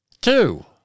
Two